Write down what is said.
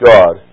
God